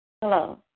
Hello